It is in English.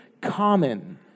common